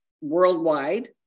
worldwide